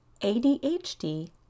ADHD